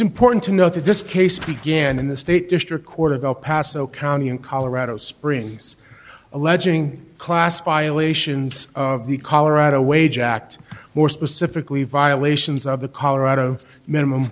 important to note that this case began in the state district court of el paso county in colorado springs alleging class violations of the colorado wage act more specifically violations of the colorado minimum